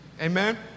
Amen